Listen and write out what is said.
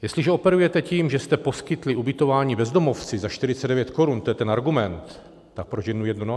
Jestliže operujete tím, že jste poskytli ubytování bezdomovci za 49 korun to je ten argument , tak proč jen na jednu noc?